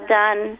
done